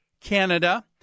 Canada